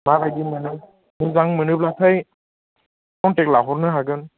माबायदि मोनो मोजां मोनोब्लाथाय कन्टेक्त लाहरनो हागोन